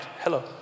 hello